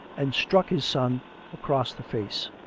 and struck his son across the face.